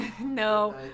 No